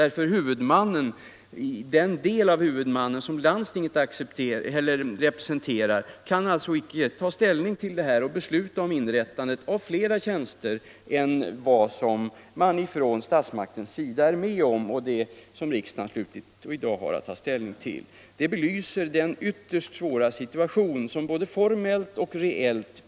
eftersom den del av huvudmannen som landstinget representerar icke kan besluta om inrättande av fler tjänster än vad statsmakterna är med om och som riksdagen i dag har att ta ställning till. Det belyser den ytterst svåra situationen både formellt och reellt.